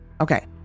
Okay